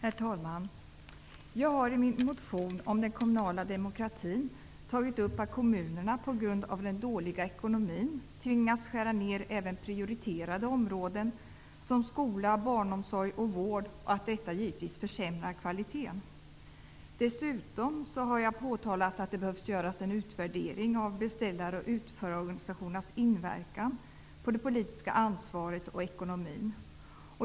Herr talman! Jag har i min motion om den kommunala demokratin påpekat att kommunerna på grund av den dåliga ekonomin tvingas skära ned även prioriterade områden som skola, barnomsorg och vård, och att detta givetvis gör att kvaliteten försämras. Dessutom har jag påpekat att det behöver göras en utvärdering av beställar och utförarorganisationernas inverkan på det politiska ansvaret och på ekonomin.